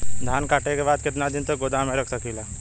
धान कांटेके बाद कितना दिन तक गोदाम में रख सकीला?